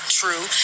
true